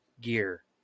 gear